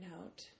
out